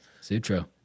Sutro